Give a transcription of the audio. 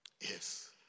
Yes